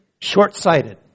Short-sighted